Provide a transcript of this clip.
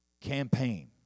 campaign